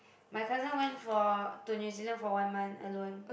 my cousin went for to New Zealand for one month alone